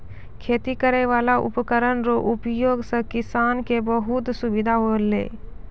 खेती करै वाला उपकरण रो उपयोग से किसान के बहुत सुबिधा होलै